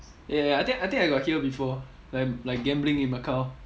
ya ya ya I think I think I got hear before like like gambling in macau